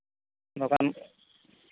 ᱵᱟᱠᱷᱟᱱ